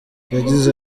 yagize